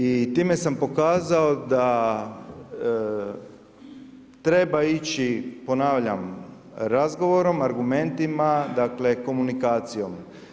I time sam pokazao da treba ići, ponavljam, razgovorom, argumentima, dakle komunikacijom.